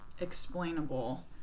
explainable